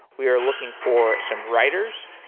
we are looking for some writers.